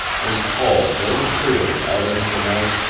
and called very clearly out into the night.